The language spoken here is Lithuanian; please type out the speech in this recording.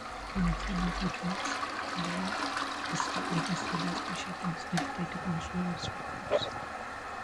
limfomai būdingas ileum distalinės dalies pažeidimas neretai diagnozuojamas vaikams